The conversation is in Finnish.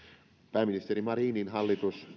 pääministeri marinin hallitus